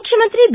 ಮುಖ್ಯಮಂತ್ರಿ ಬಿ